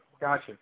gotcha